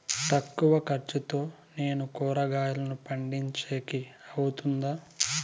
తక్కువ ఖర్చుతో నేను కూరగాయలను పండించేకి అవుతుందా?